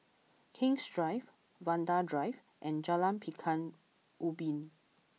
King's Drive Vanda Drive and Jalan Pekan Ubin